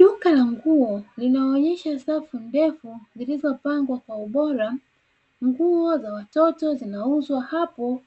Duka la nguo linaonyesha safu ndefu zilizo pangwa kwa ubora, nguo za watoto zinzuzwa hapo